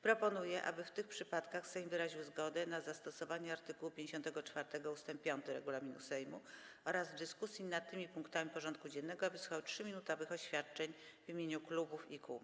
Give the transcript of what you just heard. Proponuję, aby w tych przypadkach Sejm wyraził zgodę na zastosowanie art. 54 ust. 5 regulaminu Sejmu oraz w dyskusjach nad tymi punktami porządku dziennego wysłuchał 3-minutowych oświadczeń w imieniu klubów i kół.